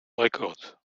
records